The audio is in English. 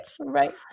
Right